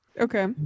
Okay